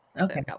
Okay